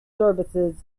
services